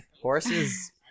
Horses